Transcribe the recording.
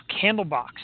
Candlebox